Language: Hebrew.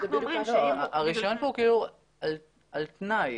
הרישיון כאן הוא כאילו על תנאי.